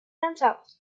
lanzados